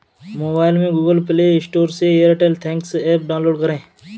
mobile में Google Play Store से Airtel thanks app download करें